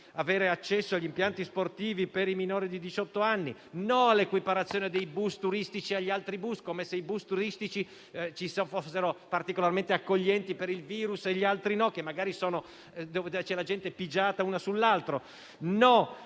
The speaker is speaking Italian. avere accesso agli impianti sportivi per i minori di diciotto anni; no all'equiparazione dei bus turistici agli altri autobus, come se quelli turistici fossero particolarmente accoglienti per il virus e gli altri no, dove magari c'è la gente pigiata. Abbiamo